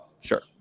sure